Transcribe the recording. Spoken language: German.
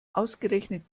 ausgerechnet